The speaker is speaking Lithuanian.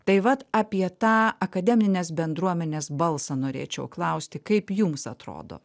tai vat apie tą akademinės bendruomenės balsą norėčiau klausti kaip jums atrodo